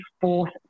fourth